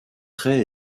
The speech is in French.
trait